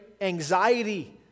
anxiety